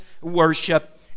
worship